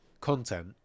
content